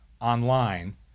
online